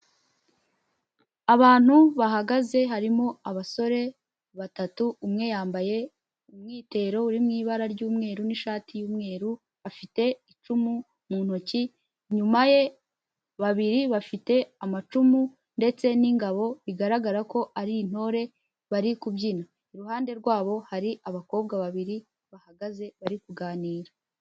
Abantu bahagaze harimo abasore batatu, umwe yambaye umwitero w'ibara ry'umweru n'ishati yumweru, afite icumu mu ntoki. Inyuma ye, babiri bafite amacumu ndetse n'ingabo, bigaragara ko ari intore bari kubyina. Iruhande rwabo hari abakobwa babiri bahagaze bari kuganira.